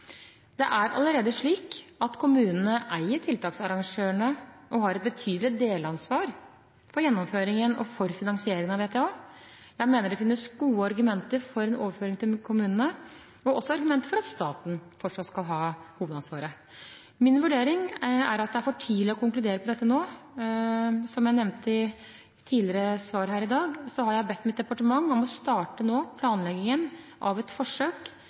Det er allerede slik at kommunene eier tiltaksarrangørene og har et betydelig delansvar for gjennomføringen og for finansieringen av VTA. Jeg mener det finnes gode argumenter for en overføring til kommunene og også argument for at staten fortsatt skal ha hovedansvaret. Min vurdering er at det er for tidlig å konkludere på dette nå. Som jeg nevnte i et tidligere svar her i dag, har jeg bedt mitt departement om å starte planleggingen av et forsøk